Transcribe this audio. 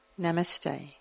Namaste